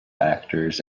actors